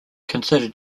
considered